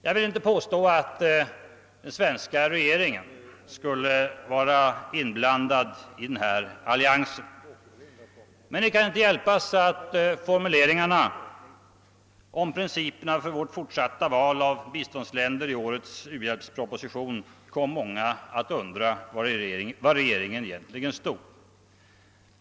Jag vill inte påstå att den svenska regeringen skulle vara inblandad i denna allians. Men det kan inte hiälpas att formuleringarna om principerna för vårt fortsatta val av biståndsländer i årets u-hjälpsproposition kom många att undra var egentligen regeringen står.